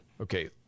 Okay